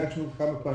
הגשנו כמה פעמים,